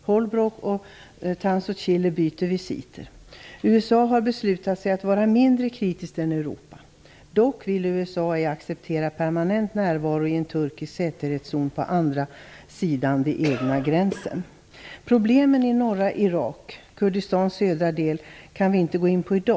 Holbrooke och Ciller byter visiter. USA har bestämt sig för att vara mindre kritiskt än Europa. Dock vill USA ej acceptera permanent närvaro i en turkisk säkerhetszon på andra sidan av den egna gränsen. Problemen i norra Irak, Kurdistans södra del, kan vi inte gå in på i dag.